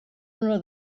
una